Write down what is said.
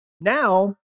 Now